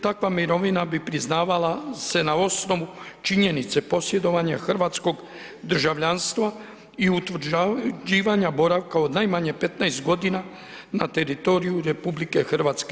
Takva mirovina bi priznavala se na osnovu činjenice posjedovanja hrvatskog državljanstva i utvrđivanja boravka od najmanje 15 g. na teritoriju RH.